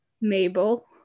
Mabel